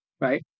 right